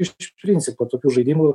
iš principo tokių žaidimų